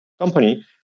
company